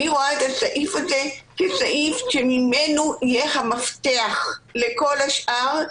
אני רואה את הסעיף הזה כסעיף שממנו יהיה המפתח לכל השאר.